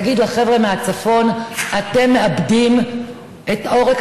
תגיד לחבר'ה מהצפון: אתם מאבדים את עורק